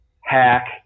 hack